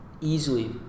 Easily